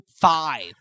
five